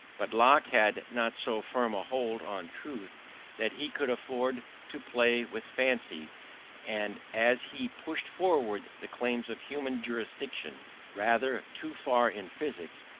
but locke had not so firm a hold on truth that he could afford to play with fancy and as he pushed forward the claims of human jurisdiction rather too far in physics,